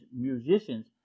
musicians